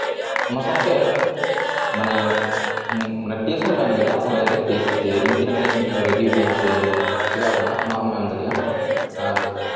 ᱚᱱᱟ ᱥᱟᱶᱛᱮ ᱢᱟᱱᱮ ᱴᱮᱥᱴ ᱦᱚᱢ ᱮᱢ ᱫᱟᱲᱮᱭᱟᱜᱼᱟ ᱚᱱᱞᱟᱭᱤᱱ ᱨᱮ ᱴᱮᱥᱴ ᱡᱮ ᱤᱧ ᱛᱤᱱᱟᱹᱜ ᱜᱟᱱᱤᱧ ᱨᱮᱰᱤ ᱟᱠᱟᱱᱟ ᱥᱮ ᱪᱤᱠᱟᱣ ᱠᱟᱱᱟ ᱚᱱᱟ ᱦᱚᱢ ᱮᱢ ᱫᱟᱲᱮᱭᱟᱜᱼᱟ ᱟᱨ